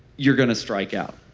you're going to strike out.